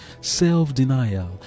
Self-denial